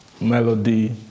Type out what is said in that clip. melody